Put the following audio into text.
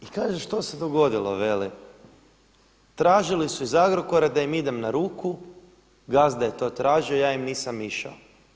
I kaže što se dogodilo, veli tražili su iz Agrokora da im idem na ruku, gazda je to tražio, ja im nisam išao.